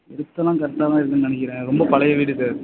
எர்த்தெலாம் கரெக்டாக தான் இருக்குதுனு நினைக்கிறேன் ரொம்ப பழைய வீடு சார்